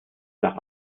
nach